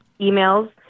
emails